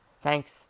Thanks